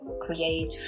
create